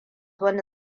wani